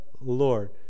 Lord